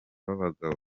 b’abagabo